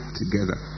together